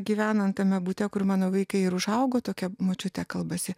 gyvenant tame bute kur mano vaikai ir užaugo tokia močiutė kalbasi